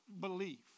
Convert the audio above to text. belief